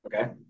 Okay